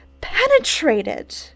penetrated